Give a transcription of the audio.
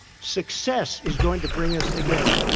success is going to bring us together.